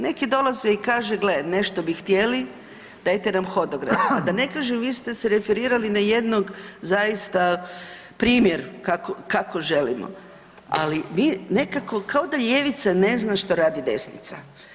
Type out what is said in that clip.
Neki dolaze i kaže, gle, nešto bi htjeli, dajte nam hodogram, a da ne kažem, vi ste se referirali na jednog zaista primjer kako želimo, ali mi nekako, kao da ljevica ne zna što radi desnica.